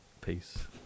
Peace